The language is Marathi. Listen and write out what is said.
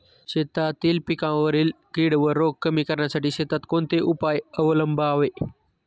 शेतातील पिकांवरील कीड व रोग कमी करण्यासाठी शेतात कोणते उपाय अवलंबावे?